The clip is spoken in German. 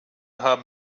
haben